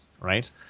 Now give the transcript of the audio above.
right